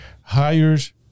hires